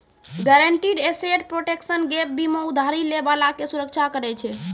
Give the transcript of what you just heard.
guaranteed asset protection gap बीमा उधारी लै बाला के सुरक्षा करै छै